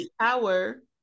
power